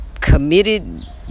committed